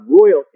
royalty